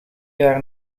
jaar